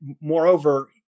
moreover